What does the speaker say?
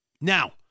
Now